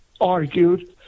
argued